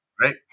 right